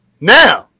Now